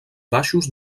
baixos